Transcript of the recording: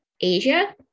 Asia